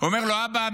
אומר לו: אבא,